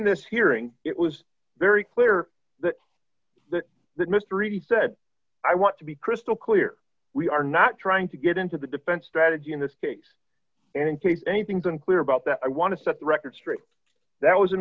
this hearing it was very clear that that mr reith said i want to be crystal clear we are not trying to get into the defense strategy in this case and in case anything been clear about that i want to set the record straight that was in